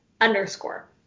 underscore